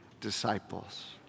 disciples